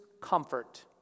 comfort